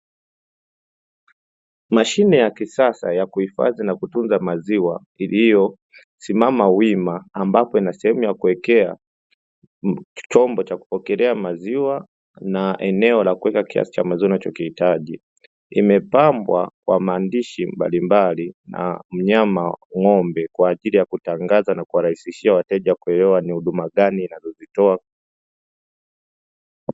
Mashine ya kisasa ya kuhifadhi na kutunza maziwa iliyosimama wima, ambapo ina sehemu ya kuwekea chombo cha kupokelea maziwa na eneo la kuweka kiasi cha maziwa unachokihitaji. Imepambwa kwa maandishi mbalimbali na mnyama ng'ombe kwa ajili ya kutangaza na kuwarahisishia wateja kuelewa ni huduma gani inazozitoa.